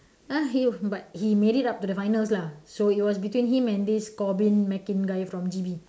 !huh! he but he made it up to the finals lah so it was between him and this Corbin Mackin guy from G_B